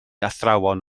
athrawon